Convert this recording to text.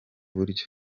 buryo